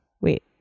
Wait